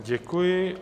Děkuji.